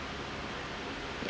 ya